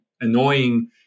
annoying